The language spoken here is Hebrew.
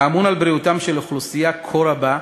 האמון על בריאותה של אוכלוסייה כה רבה,